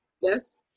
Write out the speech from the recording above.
Yes